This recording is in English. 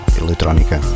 eletrónica